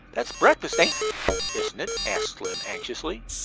that's breakfast, ain't isn't it? asked slim anxiously.